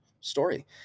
story